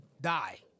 die